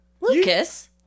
lucas